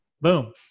boom